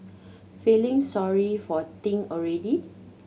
feeling sorry for Ting already